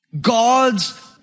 God's